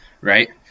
right